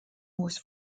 was